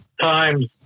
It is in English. times